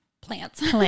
plants